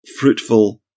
fruitful